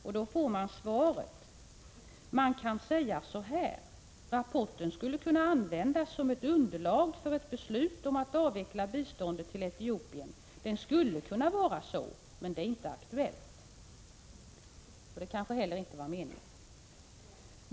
Det svar som ges är följande: ”Man kan säga så här; rapporten skulle kunna användas som ett underlag för ett beslut om att avveckla biståndet till Etiopien. Det skulle kunna vara så, men det är inte aktuellt.” — Det kanske inte heller var meningen.